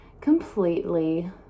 completely